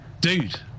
Dude